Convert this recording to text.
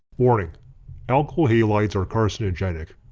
warning alkyl halides are carcinogenic.